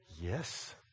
Yes